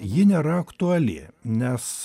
ji nėra aktuali nes